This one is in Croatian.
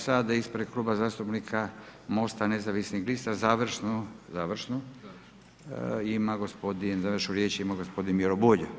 Sada ispred Kluba zastupnika MOST-a nezavisnih lista završno, završno ima gospodin, završnu riječ ima gospodin Miro Bulj.